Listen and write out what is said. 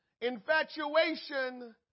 Infatuation